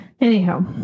Anyhow